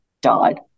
died